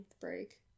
break